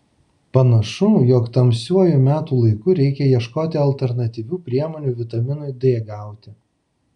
panašu jog tamsiuoju metų laiku reikia ieškoti alternatyvių priemonių vitaminui d gauti